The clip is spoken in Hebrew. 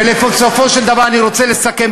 יאיר לפיד רוצה להיות שר החוץ?